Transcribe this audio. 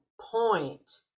point